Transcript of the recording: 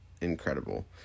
incredible